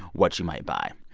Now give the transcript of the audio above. what you might buy.